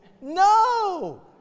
No